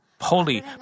holy